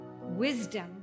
wisdom